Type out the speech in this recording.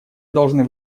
должны